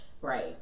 Right